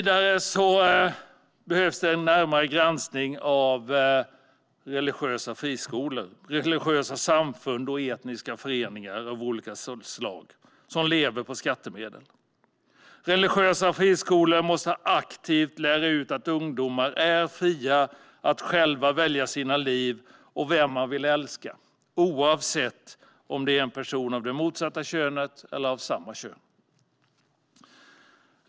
Det behövs en närmare granskning av religiösa friskolor, religiösa samfund och olika etniska föreningar som lever på skattemedel. Religiösa friskolor måste aktivt lära ut att ungdomar är fria att själva välja sina liv och vem man vill älska - oavsett om det är en person av det motsatta eller egna könet.